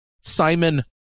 Simon